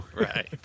Right